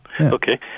Okay